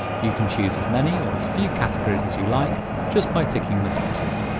you can choose as many or as few categories as you like, just by ticking the boxes.